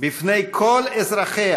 בפני כל אזרחיה